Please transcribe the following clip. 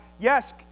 yes